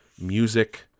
music